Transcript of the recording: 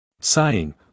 Sighing